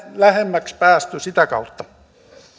lähemmäksi päästy sitä kautta